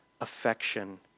affection